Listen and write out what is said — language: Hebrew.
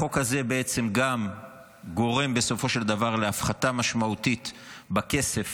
החוק הזה בעצם גם גורם בסופו של דבר להפחתה משמעותית בכסף